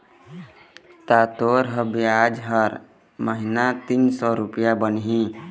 ता तोर बियाज ह हर महिना तीन सौ रुपया बनही